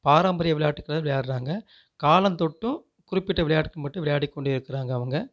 பாரம்பரிய விளையாட்டுகளை விளையாடுகிறாங்க காலம் தொட்டும் குறிப்பிட்ட விளையாட்டுக்கு மட்டும் விளையாடிக் கொண்டே இருக்கிறாங்க அவங்க